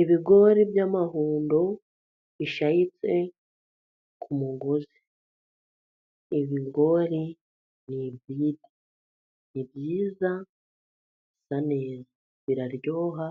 Ibigori by'amahundo bishayitse ku mugozi. Ibigori ni byiza, bisa neza, biraryoha,